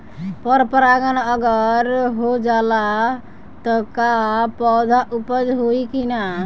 पर परागण अगर हो जाला त का पौधा उपज होई की ना?